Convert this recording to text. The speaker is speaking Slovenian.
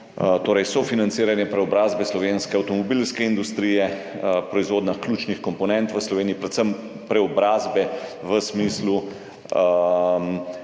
torej sofinanciranje preobrazbe slovenske avtomobilske industrije, proizvodnja ključnih komponent v Sloveniji, predvsem preobrazbe v smislu